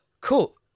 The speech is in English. Cool